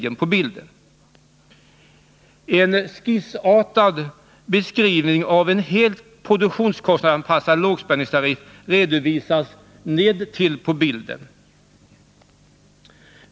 En skissartad beskrivning av en helt produktionskostnadsanpassad lågspänningstariff visas nedtill på bilden.